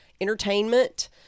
entertainment